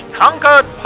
conquered